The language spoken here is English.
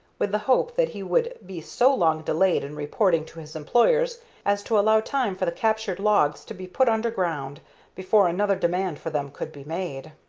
with the hope that he would be so long delayed in reporting to his employers as to allow time for the captured logs to be put underground before another demand for them could be made.